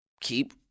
Keep